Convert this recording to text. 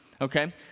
okay